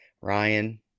Ryan